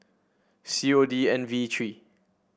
C O D N V three